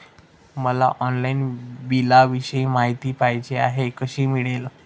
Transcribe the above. मला ऑनलाईन बिलाविषयी माहिती पाहिजे आहे, कशी मिळेल?